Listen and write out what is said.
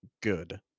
good